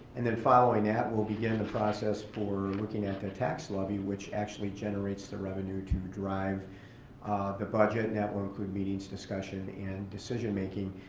and then following that we'll begin the process for looking at the tax levy, which actually generates the revenue to drive the budget and that will include meetings, discussion, and decision-making.